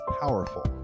powerful